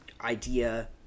idea